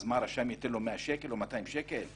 הרשם ייתן לו 100 או 200 שקל?